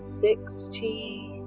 sixteen